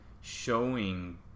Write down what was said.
showing